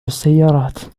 السيارات